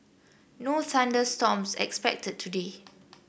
no thunder storms expected today